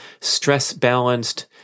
stress-balanced